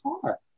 car